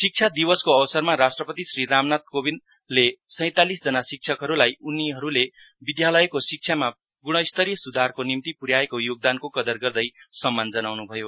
शिक्षक दिवसको अवसरमा राष्ट्रपति श्री रामनाथ कोविन्दले सैतालीसजना शिक्षकहरूलाई उनीहरूले विद्यालयको शिक्षामा गुणस्तरीय सुधारको निम्ति पुन्याएको योगदानको कदर गर्दै सम्मान जगाउनु भयो